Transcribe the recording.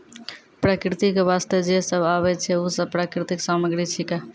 प्रकृति क वास्ते जे सब आबै छै, उ सब प्राकृतिक सामग्री छिकै